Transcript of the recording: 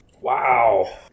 Wow